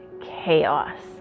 chaos